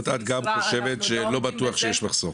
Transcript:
את גם חושבת שלא בטוח שיש מחסור?